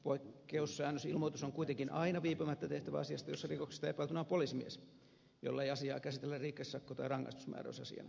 ilmoitus on kuitenkin aina viipymättä tehtävä asiasta jossa rikoksesta epäiltynä on poliisimies jollei asiaa käsitellä rikesakko tai rangaistusmääräysasiana